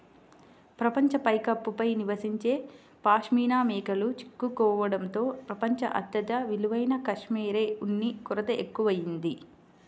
ప్రపంచ పైకప్పు పై నివసించే పాష్మినా మేకలు చిక్కుకోవడంతో ప్రపంచం అత్యంత విలువైన కష్మెరె ఉన్ని కొరత ఎక్కువయింది